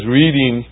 reading